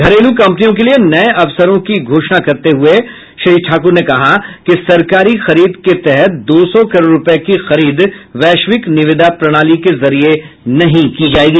घरेलू कंपनियों के लिए नए अवसरों की घोषणा करते हुए श्री ठाकुर ने कहा कि सरकारी खरीद के तहत दो सौ करोड रुपए की खरीद वैश्विक निविदा प्रणाली के जरिए नहीं की जाएगी